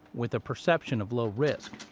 with a perception of low risk,